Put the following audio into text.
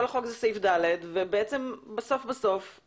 כל החוק הוא סעיף (ד) ובעצם בסוף השר,